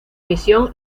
misión